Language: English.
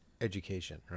education